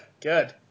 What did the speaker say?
Good